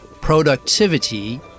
productivity